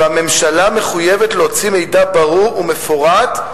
והממשלה מחויבת להוציא מידע ברור ומפורט,